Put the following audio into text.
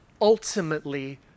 ultimately